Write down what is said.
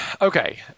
Okay